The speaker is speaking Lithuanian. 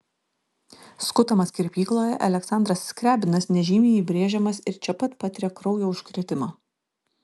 skutamas kirpykloje aleksandras skriabinas nežymiai įbrėžiamas ir čia pat patiria kraujo užkrėtimą